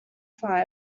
five